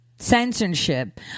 censorship